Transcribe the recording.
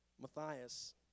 Matthias